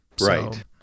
right